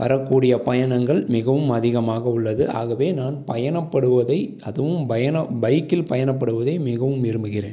வரக்கூடிய பயணங்கள் மிகவும் அதிகமாக உள்ளது ஆகவே நான் பயணப்படுவதை அதுவும் பயணம் பைக்கில் பயணப்படுவதை மிகவும் விரும்புகிறேன்